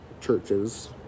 churches